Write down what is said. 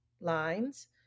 lines